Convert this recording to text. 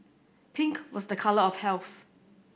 pink was the colour of health